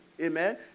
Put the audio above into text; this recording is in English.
amen